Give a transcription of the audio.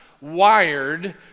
wired